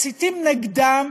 מסיתים נגדם,